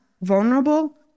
vulnerable